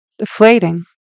deflating